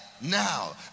now